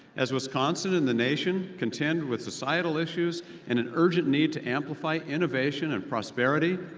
as wisconsin and the nation contend with societal issues and an urgent need to amplify innovation and prosperity,